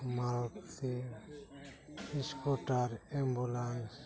Maruti scooter ambulance